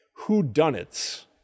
whodunits